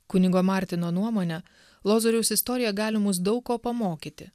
kunigo martyno nuomone lozoriaus istorija gali mus daug ko pamokyti